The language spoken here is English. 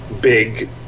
big